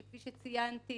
שכפי שציינתי